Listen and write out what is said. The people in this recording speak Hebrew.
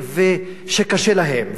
שקשה להם.